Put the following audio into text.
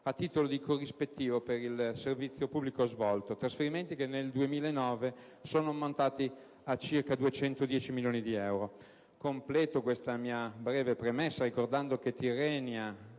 a titolo di corrispettivo per il servizio pubblico svolto, trasferimenti che nel 2009 sono ammontati a circa 210 milioni di euro. Completo questa mia breve premessa ricordando che Tirrenia